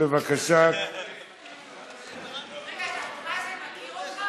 אני מבקש, תן לכבוד השר.